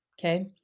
okay